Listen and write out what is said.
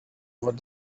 what